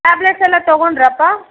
ಟ್ಯಾಬ್ಲೆಟ್ಸೆಲ್ಲ ತೊಗೊಂಡ್ರಾಪ್ಪ